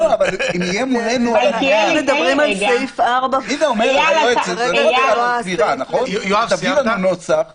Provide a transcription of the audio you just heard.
איל, תביא לנו נוסח שאומר: